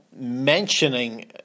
mentioning